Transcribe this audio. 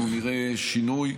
אנחנו נראה שינוי.